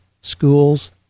schools